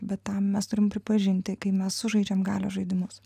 bet tam mes turim pripažinti kai mes sužaidžiam galios žaidimus